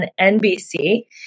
NBC